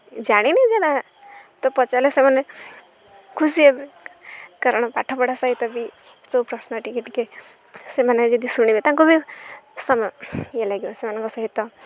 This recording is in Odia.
ଜାଣିନି ଯେ ନା ତ ପଚାରିଲେ ସେମାନେ ଖୁସି ହେବେ କାରଣ ପାଠପଢ଼ା ସହିତ ବି ସବୁ ପ୍ରଶ୍ନ ଟିକିଏ ଟିକିଏ ସେମାନେ ଯଦି ଶୁଣିବେ ତାଙ୍କୁ ବି ସମୟ ଇଏ ଲାଗିବ ସେମାନଙ୍କ ସହିତ